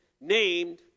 named